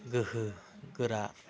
गोहो गोरा